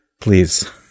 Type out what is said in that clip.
Please